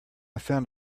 found